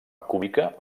cúbica